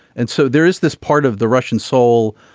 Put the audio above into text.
and so there is this part of the russian soul.